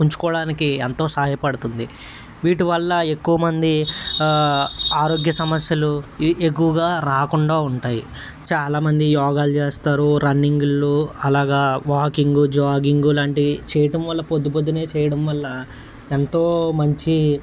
ఉంచుకోవడానికి ఎంతో సాయపడుతుంది వీటి వల్ల ఎక్కువమంది ఆరోగ్య సమస్యలు ఇవి ఎక్కువగా రాకుండా ఉంటాయి చాలా మంది యోగాలు చేస్తారు రన్నింగ్లు అలాగా వాకింగ్ జాగింగ్ లాంటివి చేయటం వల్ల పొద్దుపొద్దునే చేయడం వల్ల ఎంతో మంచి